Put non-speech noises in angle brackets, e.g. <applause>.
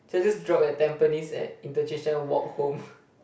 should I just drop at Tampines at interchange I walk home <laughs>